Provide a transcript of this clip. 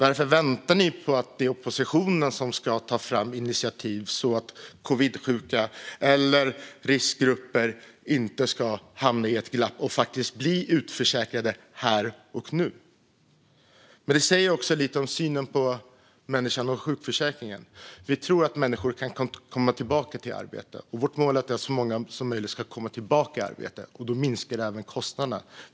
Varför väntar ni på att oppositionen ska ta initiativ för att covidsjuka eller riskgrupper inte ska hamna i ett glapp och faktiskt bli utförsäkrade här och nu? Det säger också lite om synen på människan och sjukförsäkringen. Vi tror att människor kan komma tillbaka till arbete, och vårt mål är att så många som möjligt ska göra det. Då minskar även kostnaderna.